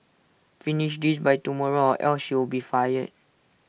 finish this by tomorrow or else you'll be fired